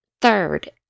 Third